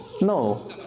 No